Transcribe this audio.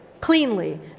cleanly